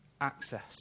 access